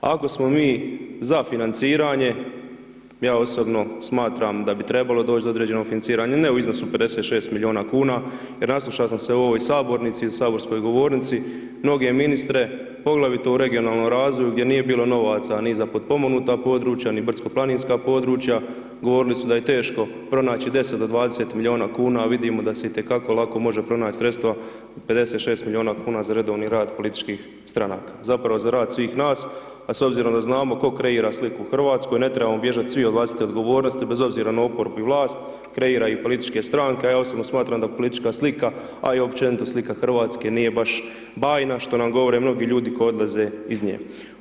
Ako smo mi ZA financiranje, ja osobno smatram da bi trebalo doći do određenog financiranja, ne u iznosu od 56 milijuna kuna, jer naslušao sam se u ovoj Sabornici i u saborskoj govornici mnoge ministre, poglavito u regionalnom razvoju gdje nije bilo novaca ni za potpomognuta područja, ni brdsko planinska područja, govorili su da je teško pronaći 10 do 20 milijuna kuna, vidimo da se itekako lako može pronać sredstva 56 milijuna kuna za redovni rad političkih stranka, zapravo, za rad svih nas, a s obzirom da znamo tko kreira sliku u RH, ne trebamo bježati svi od vlastite odgovornosti bez obzira na oporbu i vlast, kreiraju ih političke stranke, ja osobno smatram da politička slika, a i općenito slika RH nije baš bajna što nam govore mnogi ljudi koji odlaze iz nje.